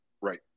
Right